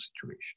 situation